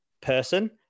person